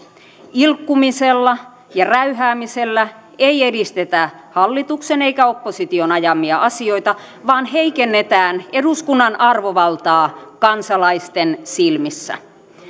ilkkumisella ja räyhäämisellä ei edistetä hallituksen eikä opposition ajamia asioita vaan heikennetään eduskunnan arvovaltaa kansalaisten silmissä